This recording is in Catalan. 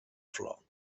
flor